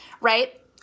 right